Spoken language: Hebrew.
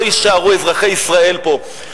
לא יישארו אזרחי ישראל פה,